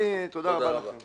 תודה רבה לכם.